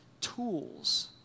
tools